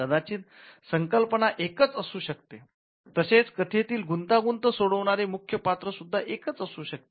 कदाचित संकल्पना एकच असू शकते तसेच कथेतील गुंतागुंत सोडवणारे मुख्य पात्र सुद्धा एकच असू शकते